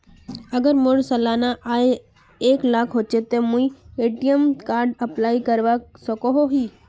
अगर मोर सालाना आय एक लाख होचे ते मुई ए.टी.एम कार्ड अप्लाई करवा सकोहो ही?